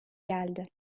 geldi